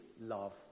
Love